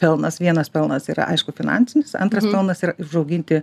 pelnas vienas pelnas yra aišku finansinis antras pelnas yra užauginti